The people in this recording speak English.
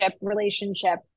relationship